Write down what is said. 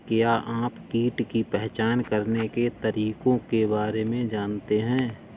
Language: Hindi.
क्या आप कीट की पहचान करने के तरीकों के बारे में जानते हैं?